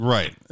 Right